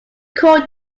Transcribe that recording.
called